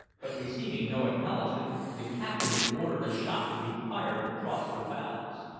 but receiving no acknowledgment, the captain ordered a shot to be fired across her bows.